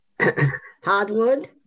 Hardwood